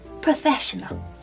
professional